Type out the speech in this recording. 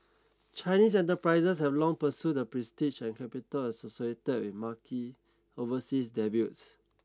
Chinese enterprises have long pursued the prestige and capital associated with marquee overseas debuts